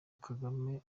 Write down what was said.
kagame